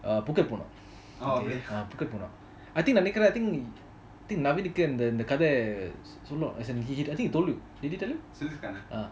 phuket போனும்:ponum okay phuket போனும்:ponum I think நினைக்கிறன்:nenaikiran I think நாவினுக்கு இந்த இந்த கத சொல்லும்:naavenuku intha intha kadha solum I think he told you did he told you